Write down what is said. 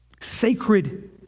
sacred